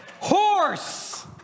Horse